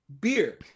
beer